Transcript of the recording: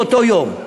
באותו יום.